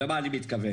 למה אני מתכוון?